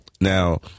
Now